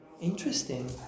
Interesting